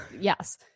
Yes